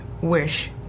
wish